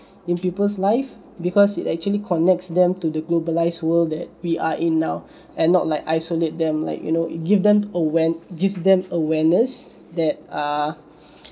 in people's life because it actually connects them to the globalised world that we are in now and not like isolate them like you know it give them aware give them awareness that uh